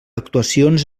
actuacions